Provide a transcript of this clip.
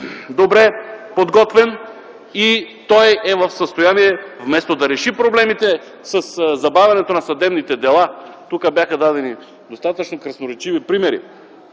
добре подготвен. Той не е в състояние да реши проблемите със забавянето на съдебните дела. Тук бяха дадени достатъчно красноречиви примери.